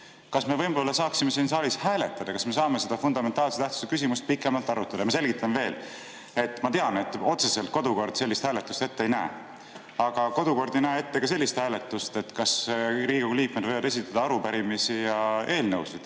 kas me võib-olla saaksime siin saalis hääletada, kas me saame seda fundamentaalse tähtsusega küsimust pikemalt arutada? Ma selgitan veel. Ma tean, et otseselt kodukord sellist hääletust ette ei näe. Aga kodukord ei näe ette ka sellist hääletust, kas Riigikogu liikmed võivad esitada arupärimisi ja eelnõusid,